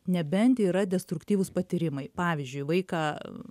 nebent yra destruktyvūs patyrimai pavyzdžiui vaiką